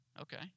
Okay